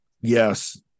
Yes